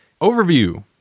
Overview